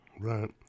Right